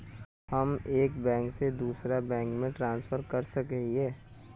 हम एक बैंक से दूसरा बैंक में ट्रांसफर कर सके हिये?